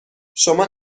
شما